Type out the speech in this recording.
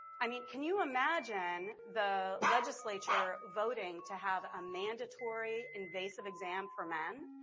i mean can you imagine the legislature voting to have a mandatory invasive exam for men.